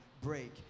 break